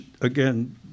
again